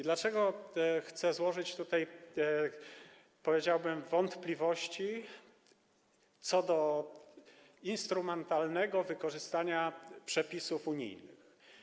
Dlaczego chcę zgłosić tutaj, powiedziałbym, wątpliwości co do instrumentalnego wykorzystania przepisów unijnych?